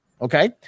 okay